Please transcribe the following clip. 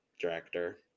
director